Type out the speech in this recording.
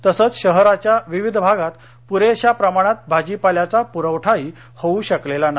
तसच शहराच्या विविध भागात पुरेशा प्रमाणात भाजीपाल्याचा पुरवठाही होऊ शकलेला नाही